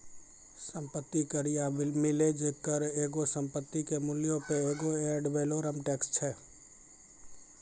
सम्पति कर या मिलेज कर एगो संपत्ति के मूल्यो पे एगो एड वैलोरम टैक्स छै